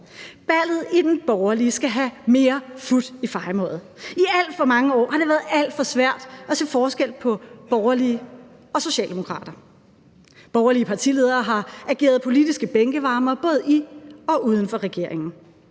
Ballet i den borgerlige skal have mere fut i fejemøget. I alt for mange år har det været alt for svært at se forskel på borgerlige og socialdemokrater. Borgerlige partiledere har ageret politiske bænkevarmere både i og uden for regeringen.